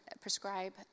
prescribe